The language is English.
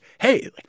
hey